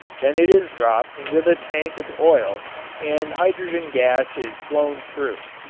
then it is dropped into the tank of oil and hydrogen gas is blown through.